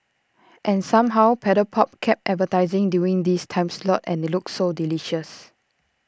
and somehow Paddle pop kept advertising during this time slot and IT looked so delicious